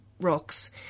rocks